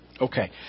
Okay